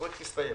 הפרויקט הסתיים,